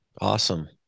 Awesome